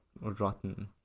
rotten